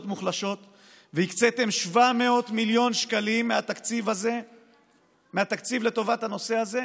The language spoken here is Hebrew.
מוחלשות והקציתם 700 מיליון שקלים מהתקציב לטובת הנושא הזה,